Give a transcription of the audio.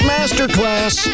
Masterclass